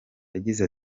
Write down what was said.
yagize